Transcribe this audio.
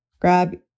Grab